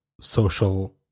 social